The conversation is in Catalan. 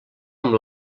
amb